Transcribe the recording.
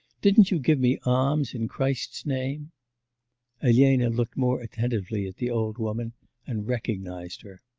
didn't you give me alms in christ's name elena looked more attentively at the old woman and recognised her.